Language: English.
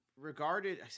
Regarded